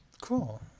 Cool